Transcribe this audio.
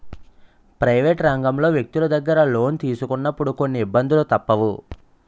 private రంగంలో వ్యక్తులు దగ్గర లోను తీసుకున్నప్పుడు కొన్ని ఇబ్బందులు తప్పవు